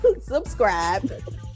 subscribe